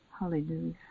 Hallelujah